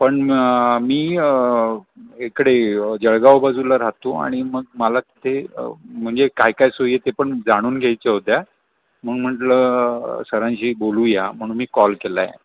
पण मी इकडे जळगाव बाजूला राहतो आणि मग मला तिथे म्हणजे काय काय सोयी आहेत ते पण जाणून घ्यायच्या होत्या म्हणून म्हटलं सरांशी बोलूया म्हणून मी कॉल केला आहे